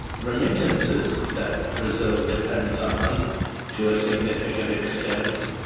remittances that brazil depends on to a significant extent